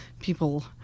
people